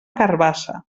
carabassa